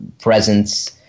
presence